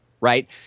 right